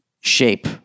shape